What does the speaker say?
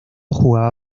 jugaba